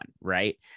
right